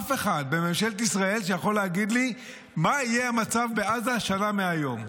אף אחד בממשלת ישראל שיכול להגיד לי מה יהיה המצב בעזה שנה מהיום,